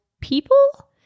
people